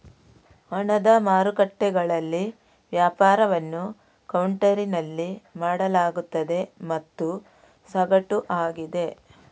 ಹಣದ ಮಾರುಕಟ್ಟೆಗಳಲ್ಲಿ ವ್ಯಾಪಾರವನ್ನು ಕೌಂಟರಿನಲ್ಲಿ ಮಾಡಲಾಗುತ್ತದೆ ಮತ್ತು ಸಗಟು ಆಗಿದೆ